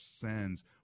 sins